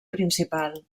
principal